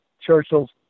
Churchill's